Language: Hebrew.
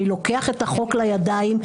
מי לוקח את החוק לידיים,